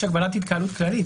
יש הגבלת התקהלות כללית,